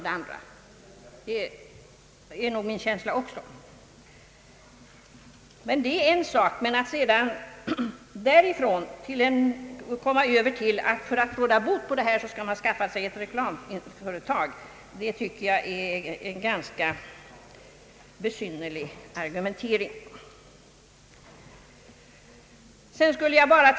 Den är väl närmast att betrakta som ett beställningsskrädderi.